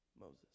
Moses